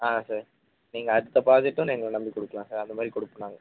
ஆ sir நீங்கள் அது ப்ராஜெக்ட்டும் நீங்கள் எங்களை நம்பி கொடுக்கலாம் சார் அந்த மாதிரி கொடுப்போம் நாங்கள்